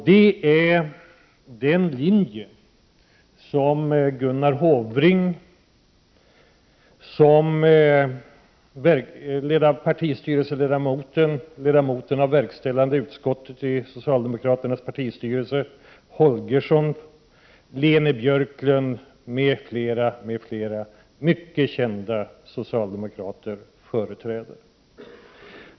Det är den linje som Gunnar Hofring, ledamoten av verkställande utskottet i socialdemokraternas partistyrelse Holgersson, Leni Björklund m.fl. mycket kända socialdemokrater företräder.